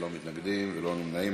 ללא מתנגדים, ללא נמנעים.